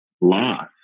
loss